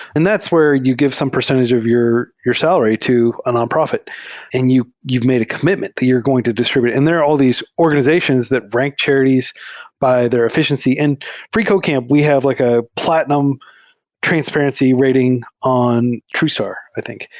and that's where you give some percentage of your your salary to a nonprofit and you've made a comm itment to you're going to distr ibute, and there are al l these organizations that rank charities by their efficiency. and freecodecamp, we have like a platinum transparency rating on true star, i think.